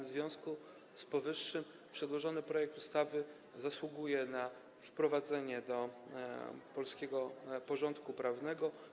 W związku z powyższym przedłożony projekt ustawy zasługuje na wprowadzenie do polskiego porządku prawnego.